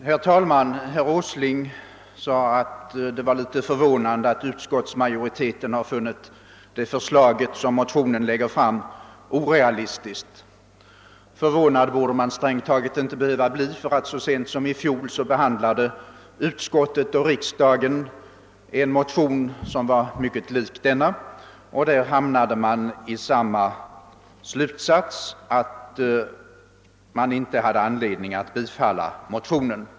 Herr talman! Herr Åsling sade att det var litet förvånande, att utskottsmajoriteten har funnit det förslag som läggs fram i motionen orealistiskt. Förvånad borde man strängt taget inte behöva bli. Så sent som i fjol behandlade nämligen utskottet och riksdagen en motion som var mycket lik denna, och då hamnade man i samma slutsats, nämligen att man inte hade anledning att bifalla motionen.